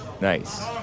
Nice